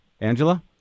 angela